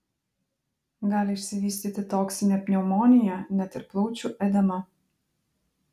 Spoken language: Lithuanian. gali išsivystyti toksinė pneumonija net ir plaučių edema